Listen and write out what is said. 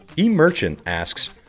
emerchant asks,